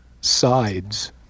sides